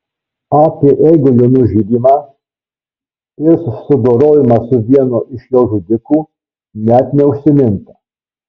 apie eigulio nužudymą ir susidorojimą su vienu iš jo žudikų net neužsiminta